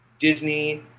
Disney